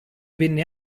venne